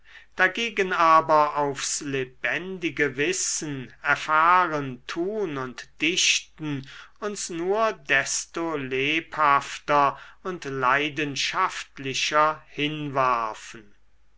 dagegen aber aufs lebendige wissen erfahren tun und dichten uns nur desto lebhafter und leidenschaftlicher hinwarfen